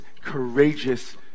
courageous